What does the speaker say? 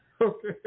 Okay